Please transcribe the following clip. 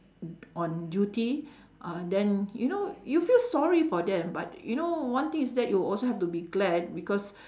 du~ on duty uh then you know you feel sorry for them but you know one thing is that you also have to be glad because